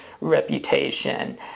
reputation